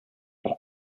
pour